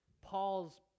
Paul's